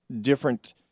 different